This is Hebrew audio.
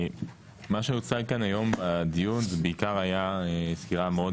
מה שנוצר כאן היום בדיון זה בעיקר היה סקירה מאוד